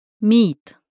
meet